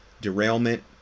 Derailment